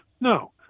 No